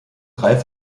drei